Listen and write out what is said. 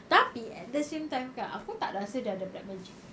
tapi at the same time kan aku tak rasa dia ada black magic